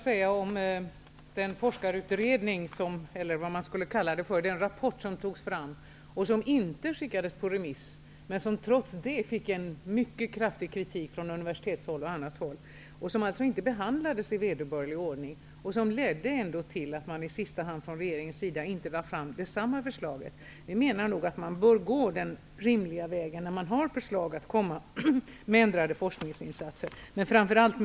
Herr talman! Den forskarrapport som togs fram skickades inte på remiss. Trots det fick den mycket kraftig kritik från bl.a. universitetshåll. Den behandlades alltså inte i vederbörlig ordning. Den ledde ändå till att regeringen inte lade fram samma förslag. Vi menar nog att man bör gå den rimliga vägen när man har förslag om ändrade forskningsinsatser att komma med.